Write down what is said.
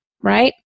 right